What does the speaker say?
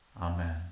Amen